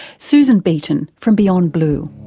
susan beaton from beyond blue.